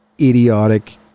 idiotic